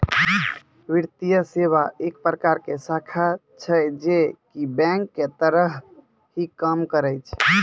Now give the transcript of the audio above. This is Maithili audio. वित्तीये सेवा एक प्रकार के शाखा छै जे की बेंक के तरह ही काम करै छै